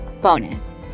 Bonus